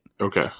Okay